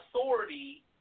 authority